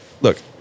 look